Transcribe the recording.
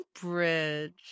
bridge